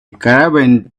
caravan